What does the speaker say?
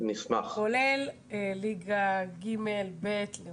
כולל ליגה ג', ב', לאומית.